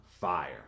fire